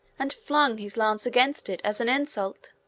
and flung his lance against it as an insult.